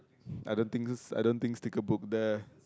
I don't think I don't think sticker book the